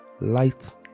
Light